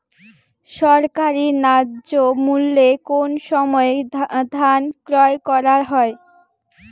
সরকারি ন্যায্য মূল্যে কোন সময় ধান ক্রয় করা হয়?